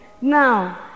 Now